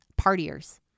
partiers